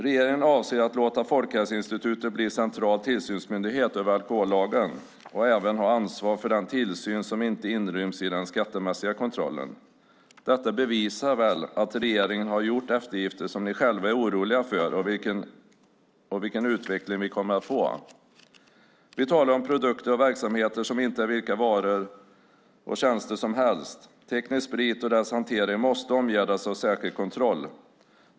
Regeringen avser att låta Folkhälsoinstitutet bli central tillsynsmyndighet över alkohollagen och även ha ansvar för den tillsyn som inte inryms i den skattemässiga kontrollen. Detta bevisar väl att regeringen själv är orolig för vilken utveckling vi kommer att få av de eftergifter man har gjort. Vi talar om produkter och verksamheter som inte är vilka varor och tjänster som helst. Teknisk sprit och dess hantering måste omgärdas av särskild kontroll.